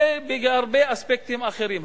ובהרבה אספקטים אחרים,